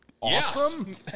awesome